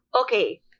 Okay